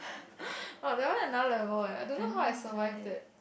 !wow! that one another level leh I don't know how I survive that